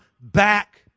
back